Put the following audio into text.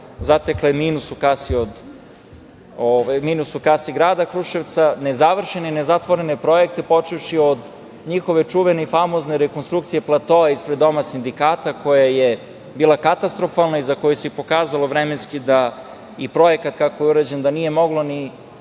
zatekla je minus u kasi grada Kruševca, nezavršene i ne zatvorene projekte, počevši od njihove čuvene i famozne rekonstrukcije platoa ispred Doma Sindikata koja je bila katastrofalna i za koju se vremenski pokazalo da kako je projekat urađen nije mogli ni